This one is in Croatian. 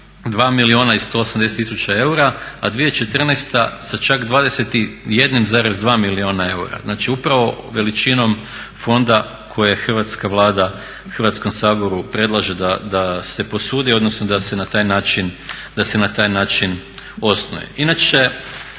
2 milijuna i 180 tisuća eura, a 2014.sa čak 21,2 milijuna eura, znači upravo veličinom fonda koje hrvatska Vlada Hrvatskom saboru predlaže da se posudi odnosno da se na taj način osnuje. Inače